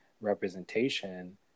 representation